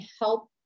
help